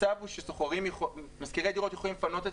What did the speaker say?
המצב הוא שמשכירי דירות יכולים לפנות את